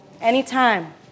anytime